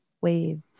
waves